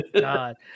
God